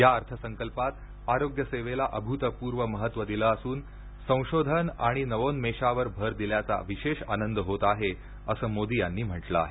या अर्थसंकल्पात आरोग्यसेवेला अभूतपूर्व महत्व दिलं असून संशोधन आणि नवोन्मेषावर भर दिल्याचा विशेष आनंद होत आहे असं मोदी यांनी म्हटलं आहे